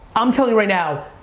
i'm telling you right now,